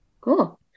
Cool